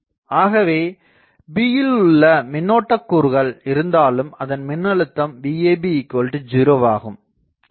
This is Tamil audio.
ஆகவே b யில் மின்னோட்ட கூறுகள் இருந்தாலும் அதன் மின்னழுத்தம் Vab0 ஆகும்